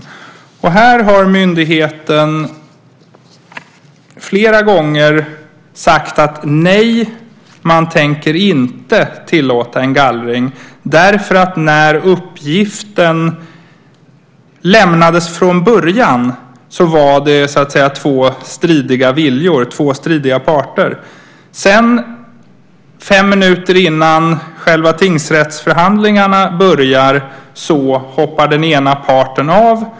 Här har myndigheten flera gånger sagt: Nej, man tänker inte tillåta en gallring därför att när uppgiften från början lämnades var det två stridiga parter. Fem minuter innan själva tingsrättsförhandlingarna börjar hoppar den ena parten av.